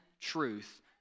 truth